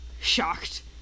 shocked